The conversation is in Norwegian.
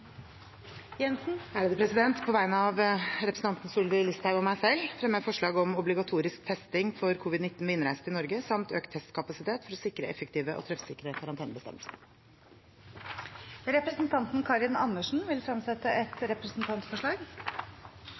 På vegne av representanten Sylvi Listhaug og meg selv fremmer jeg forslag om obligatorisk testing for covid-19 ved innreise til Norge samt økt testkapasitet for å sikre effektive og treffsikre karantenebestemmelser. Representanten Karin Andersen vil fremsette et representantforslag.